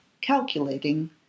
calculating